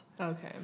Okay